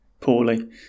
poorly